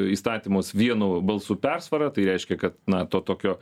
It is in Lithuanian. įstatymus vienu balsu persvara tai reiškia kad na to tokio